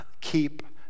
keep